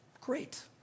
Great